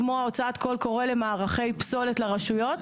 כמו הוצאת קול קורא למערכי פסולת לרשויות.